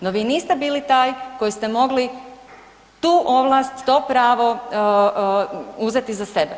No vi niste bili taj koji ste mogli tu ovlast, to pravo uzeti za sebe.